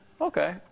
Okay